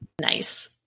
Nice